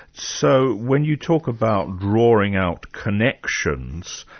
so when you talk about drawing out connections,